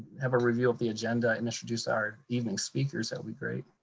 have a reveal of the agenda and introduce our evening's speakers, that would be great.